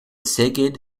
szeged